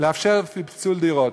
לאפשר פיצול דירה,